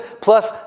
plus